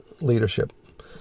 leadership